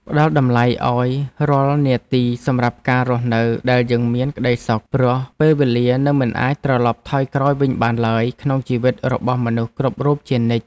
ផ្ដល់តម្លៃឱ្យរាល់នាទីសម្រាប់ការរស់នៅដែលយើងមានក្ដីសុខព្រោះពេលវេលានឹងមិនអាចត្រឡប់ថយក្រោយវិញបានឡើយក្នុងជីវិតរបស់មនុស្សគ្រប់រូបជានិច្ច។